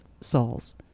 souls